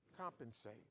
Compensate